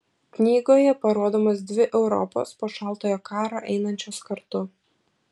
knygoje parodomos dvi europos po šaltojo karo einančios kartu